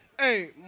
Hey